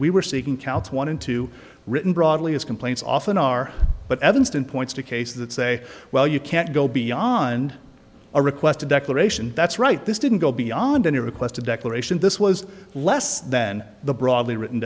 we were seeking counts one and two written broadly as complaints often are but evanston points to cases that say well you can't go beyond a request a declaration that's right this didn't go beyond any request a declaration this was less than the broadly written